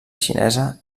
xinesa